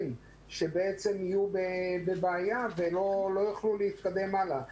שבעצם יהיו בבעיה ולא יוכלו להתקדם הלאה.